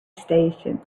station